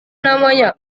namanya